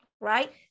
right